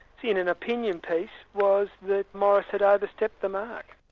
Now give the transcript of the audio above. in an opinion piece was that morris had overstepped the mark.